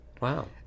Wow